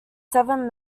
seven